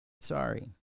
sorry